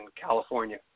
California